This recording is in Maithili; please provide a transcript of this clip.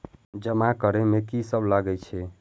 जमा करे में की सब लगे छै?